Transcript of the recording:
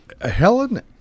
Helen